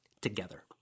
together